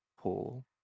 pull